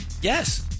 yes